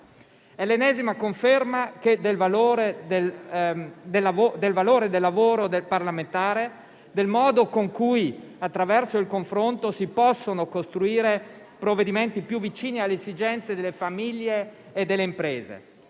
l'ennesima conferma del valore del lavoro parlamentare e del modo in cui, attraverso il confronto, si possono costruire provvedimenti più vicini alle esigenze delle famiglie e delle imprese.